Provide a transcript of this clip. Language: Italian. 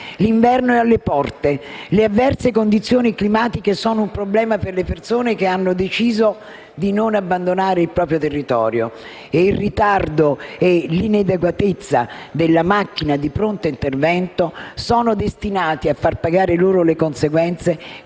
L'inverno è alle porte; le avverse condizioni climatiche sono un problema per le persone che hanno deciso di non abbandonare il proprio territorio e il ritardo e l'inadeguatezza della «macchina di pronto intervento» sono destinati a far pagare loro le conseguenze,